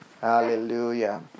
Hallelujah